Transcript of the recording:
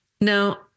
Now